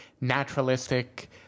naturalistic